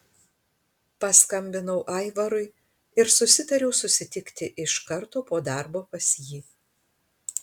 paskambinau aivarui ir susitariau susitikti iš karto po darbo pas jį